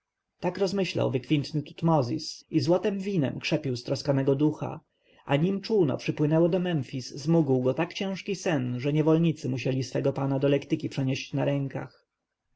tak rozmyślał wykwintny tutmozis i złotem winem krzepił stroskanego ducha a nim czółno przypłynęło do memfis zmógł go tak ciężki sen że niewolnicy musieli swego pana przenieść do lektyki na rękach